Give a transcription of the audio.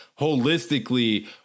holistically